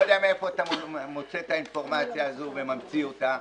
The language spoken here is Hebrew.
מאיפה אתה שואב את האינפורמציה הזו וממציא אותה.